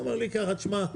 אומר לי ככה: תשמע,